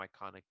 iconic